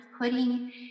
putting